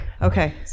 Okay